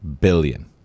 billion